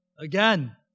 again